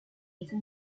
hizo